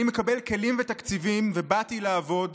אני מקבל כלים ותקציבים ובאתי לעבוד.